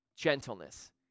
gentleness